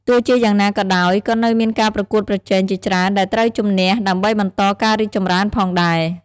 ទោះជាយ៉ាងណាក៏ដោយ ក៏នៅមានការប្រកួតប្រជែងជាច្រើនដែលត្រូវជម្នះដើម្បីបន្តការរីកចម្រើនផងដែរ ។